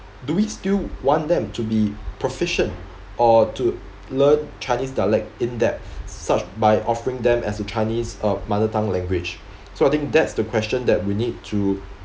do we still want them to be proficient or to learn chinese dialect in depth such by offering them as a chinese uh mother tongue language so I think that's the question that we need to